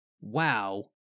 wow